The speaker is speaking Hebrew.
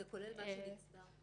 זה כולל מה שנצבר.